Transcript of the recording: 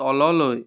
তললৈ